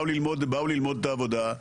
באו ללמוד את העבודה,